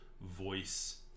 voice